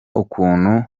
ukuntu